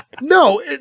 no